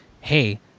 hey